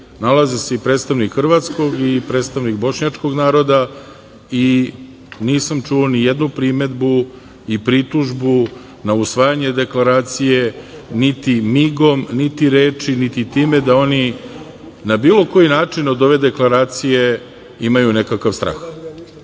nalaze se i predstavnik hrvatskog i predstavnik bošnjačkog naroda i nisam čuo ni jednu primedbu, ni pritužbu na usvajanje Deklaracije, niti migom, niti rečju, niti time da oni na bilo koji način od ove Deklaracije imaju nekakav strah. Bilo